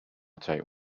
take